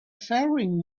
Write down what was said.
faring